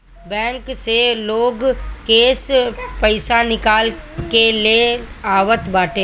bank से लोग cash पईसा निकाल के ले आवत बाटे